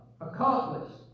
accomplished